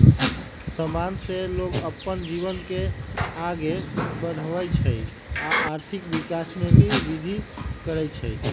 समान से लोग अप्पन जीवन के आगे बढ़वई छई आ आर्थिक विकास में भी विर्धि करई छई